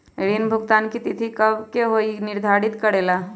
ऋण भुगतान की तिथि कव के होई इ के निर्धारित करेला?